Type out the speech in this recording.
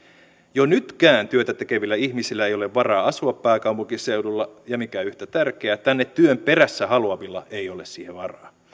jo nytkään työtä tekevillä ihmisillä ei ole varaa asua pääkaupunkiseudulla ja mikä yhtä tärkeää tänne työn perässä haluavilla ei ole siihen varaa